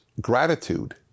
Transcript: gratitude